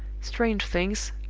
strange things,